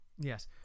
Yes